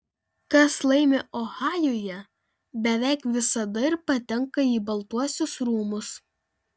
kas laimi ohajuje beveik visada ir patenka į baltuosius rūmus